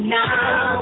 now